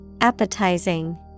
Appetizing